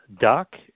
DOC